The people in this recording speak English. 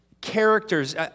characters